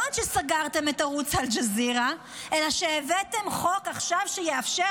לא עד שסגרתם את ערוץ אל-ג'זירה אלא שהבאתם חוק עכשיו שיאפשר,